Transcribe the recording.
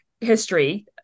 history